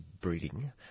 breeding